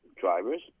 drivers